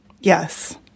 Yes